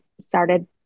started